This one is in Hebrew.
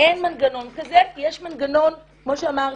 אין מנגנון כזה, יש מנגנון, כמו שאמרתי,